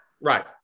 right